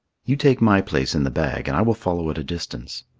you take my place in the bag and i will follow at a distance.